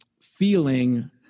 feeling